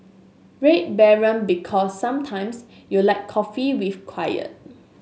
Red Baron Because sometimes you like coffee with quiet